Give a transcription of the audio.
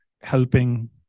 helping